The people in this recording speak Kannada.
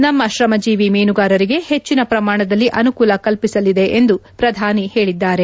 ನಮ್ಮ ತ್ರಮಜೀವಿ ಮೀನುಗಾರರಿಗೆ ಹೆಚ್ಚಿನ ಪ್ರಮಾಣದಲ್ಲಿ ಅನುಕೂಲ ಕಲ್ಪಿಸಲಿದೆ ಎಂದು ಪ್ರಧಾನಿ ಹೇಳದ್ದಾರೆ